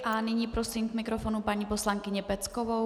A nyní prosím k mikrofonu paní poslankyni Peckovou.